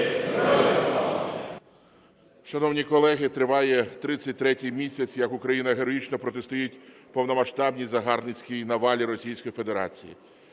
Шановні колеги, триває 33-й місяць, як Україна героїчно протистоїть повномасштабній загарбницькій навалі Російської Федерації.